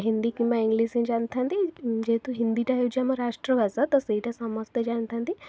ହିନ୍ଦୀ କିମ୍ବା ଇଂଲିଶ ହିଁ ଜାଣିଥାନ୍ତି ଯେହେତୁ ହିନ୍ଦୀଟା ହେଉଛି ଆମ ରାଷ୍ଟ୍ରଭାଷା ତ ସେଇଟା ସମସ୍ତେ ଜାଣିଥାନ୍ତି